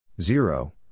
zero